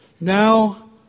Now